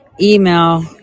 email